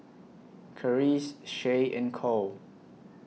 Charisse Shay and Kole